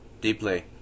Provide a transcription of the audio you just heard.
deeply